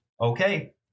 Okay